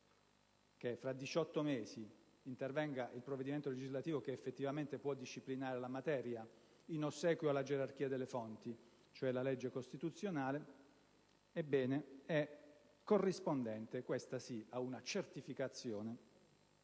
che, fra diciotto mesi, intervenga il provvedimento legislativo che effettivamente può disciplinare la materia in ossequio alla gerarchia delle fonti, cioè la legge costituzionale. Ebbene, è corrispondente - questa sì - ad una certificazione